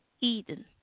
Eden